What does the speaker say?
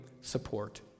support